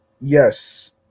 yes